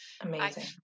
Amazing